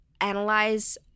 analyze